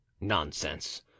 Nonsense